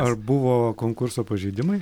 ar buvo konkurso pažeidimai